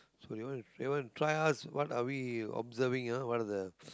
so they want so they want try us what are we observing ah what are the